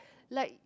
like